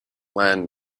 land